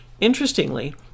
Interestingly